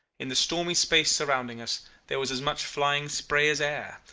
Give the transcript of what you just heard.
in the stormy space surrounding us there was as much flying spray as air.